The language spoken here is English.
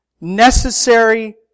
necessary